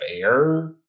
fair